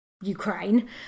ukraine